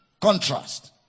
Contrast